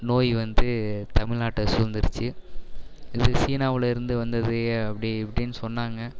நோய் வந்து தமிழ்நாட்டை சூழ்ந்துருச்சு இது சீனாவிலருந்து வந்தது அப்படி இப்படின்னு சொன்னாங்க